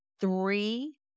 three